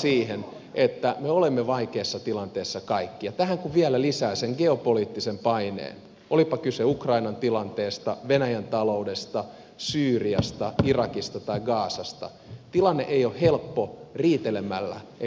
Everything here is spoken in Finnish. siihen että me olemme vaikeassa tilanteessa kaikki ja tähän kun vielä lisää sen geopoliittisen paineen olipa kyse ukrainan tilanteesta venäjän taloudesta syyriasta irakista tai gazasta niin tilanne ei ole helppo riitelemällä ei ratkaisuja synny